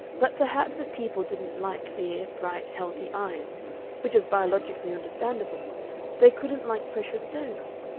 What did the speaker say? but perhaps if people didn't like clear, bright, healthy eyes which is biologically understandable they couldn't like precious stones.